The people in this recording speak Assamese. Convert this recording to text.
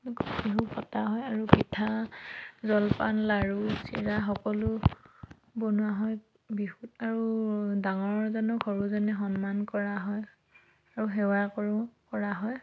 বিহু পতা হয় আৰু পিঠা জলপান লাড়ু চিৰা সকলো বনোৱা হয় বিহুত আৰু ডাঙৰজনক সৰুজনে সন্মান কৰা হয় আৰু সেৱা কৰোঁ কৰা হয়